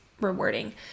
rewarding